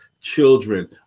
children